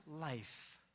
life